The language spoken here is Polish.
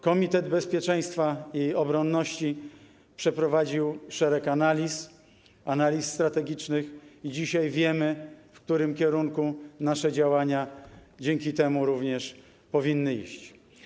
Komitet bezpieczeństwa i obronności przeprowadził szereg analiz, analiz strategicznych, i dzisiaj wiemy, w którym kierunku nasze działania, również dzięki temu, powinny iść.